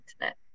internet